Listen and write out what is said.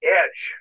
edge